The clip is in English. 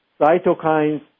cytokines